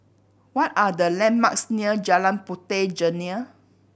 what are the landmarks near Jalan Puteh Jerneh